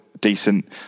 decent